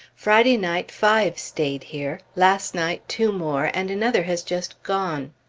friday night five stayed here, last night two more, and another has just gone.